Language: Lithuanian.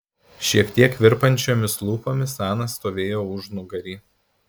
šiek tiek virpančiomis lūpomis ana stovėjo užnugary